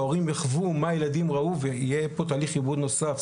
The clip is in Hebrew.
והורים יחוו מה ילדים ראו ויהיה פה תהליך עיבוד נוסף.